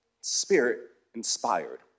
Spirit-inspired